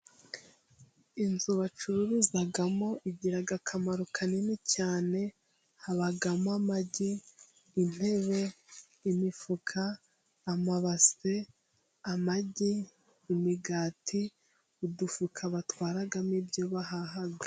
Inzu bacuruzamo igira akamaro kanini cyane, habamo amagi, intebe imifuka, amabase, amagi, imigati, udufuka batwaramo ibyo bahaha.